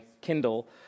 Kindle